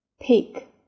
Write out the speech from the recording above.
pick